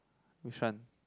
which one